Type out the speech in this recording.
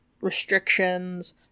restrictions